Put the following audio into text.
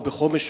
או בחומש,